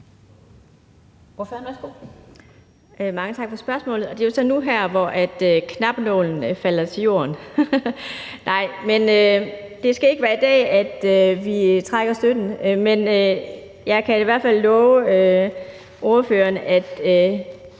Mange tak for spørgsmålet. Det er jo så nu her, hvor knappenålen falder til jorden! Nej, det skal ikke være i dag, vi trækker støtten, men jeg kan i hvert fald sige til spørgeren, at